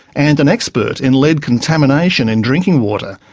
and an expert in lead contamination in drinking water.